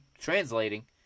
translating